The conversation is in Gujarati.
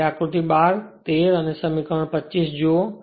હવે આકૃતિ 12 આકૃતિ 13 અને સમીકરણ 25 જુઓ